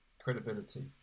credibility